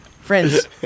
Friends